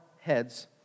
heads